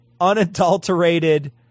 unadulterated